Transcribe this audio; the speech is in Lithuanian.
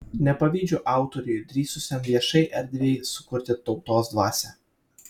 nepavydžiu autoriui drįsusiam viešai erdvei sukurti tautos dvasią